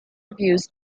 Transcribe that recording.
reviews